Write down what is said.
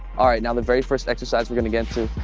alright, now the very first exercise we're going to get into,